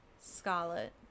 Scarlet